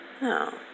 No